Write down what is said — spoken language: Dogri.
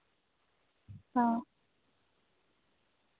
हां